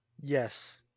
Yes